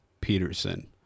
Peterson